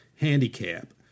handicap